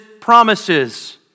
promises